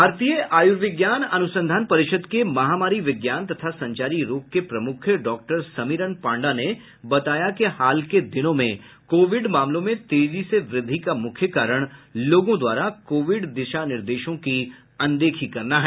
भारतीय आयुर्विज्ञान अनुसंधान परिषद के महामारी विज्ञान तथा संचारी रोग के प्रमुख डॉक्टर समीरन पांडा ने बताया कि हाल के दिनों में कोविड मामलों में तेजी से वृद्धि का मुख्य कारण लोगों द्वारा कोविड दिशा निर्देशों की अनदेखी करना है